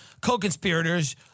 co-conspirators